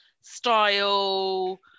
style